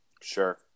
Sure